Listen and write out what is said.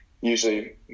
usually